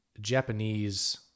Japanese